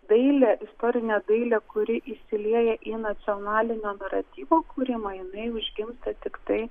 dailė istorinė dailė kuri įsilieja į nacionalinio naratyvo kūrimą jinai užgimsta tiktai